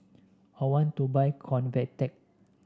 I want to buy Convatec